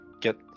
get